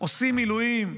עושים מילואים,